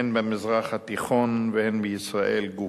הן במזרח התיכון והן בישראל גופא.